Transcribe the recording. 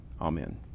amen